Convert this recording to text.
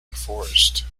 enforced